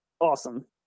awesome